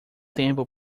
tempo